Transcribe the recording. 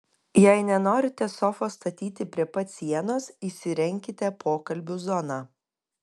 jei nenorite sofos statyti prie pat sienos įsirenkite pokalbių zoną